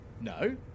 No